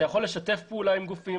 אתה יכול לשתף פעולה עם גופים,